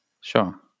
Sure